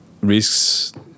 risks